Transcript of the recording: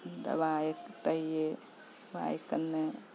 വാഴ തൈയ് വായ കന്ന്